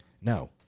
No